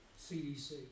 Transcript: CDC